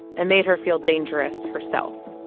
and made her feel dangerous herself